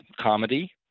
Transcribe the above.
comedy